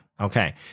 Okay